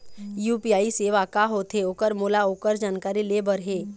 UPI सेवा का होथे ओकर मोला ओकर जानकारी ले बर हे?